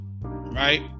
right